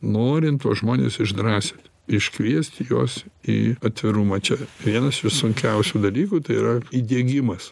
norint tuos žmones išdrąsint iškviesti juos į atvirumą čia vienas iš sunkiausių dalykų tai yra įdiegimas